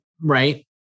Right